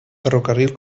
ferrocarril